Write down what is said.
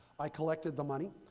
i collected the money.